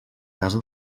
casa